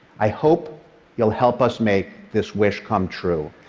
i hope you'll help us make this wish come true.